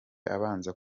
abanza